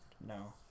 No